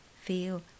feel